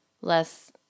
less